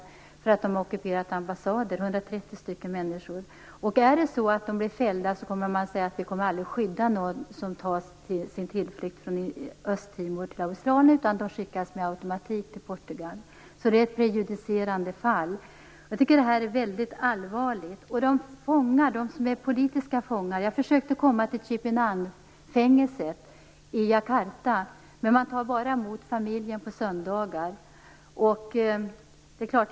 Anledningen är att de har ockuperat ambassader. Om de blir fällda, kommer man att säga att man aldrig kommer att skydda någon från Östtimor som tar sin tillflykt i Australien. De skickas med automatik till Portugal. Detta är alltså ett prejudicerande fall. Detta är väldigt allvarligt. Jag försökte att komma till ett fängelse i Jakarta, men där tar man bara emot familjemedlemmar och endast på söndagar.